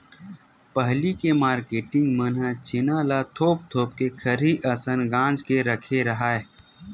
पहिली के मारकेटिंग मन ह छेना ल थोप थोप के खरही असन गांज के रखे राहय